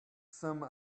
some